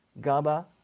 GABA